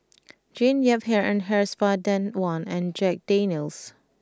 Jean Yip Hair and Hair Spa Danone and Jack Daniel's